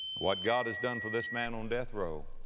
what god has done for this man on death row,